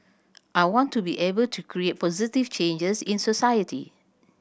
I want to be able to create positive changes in society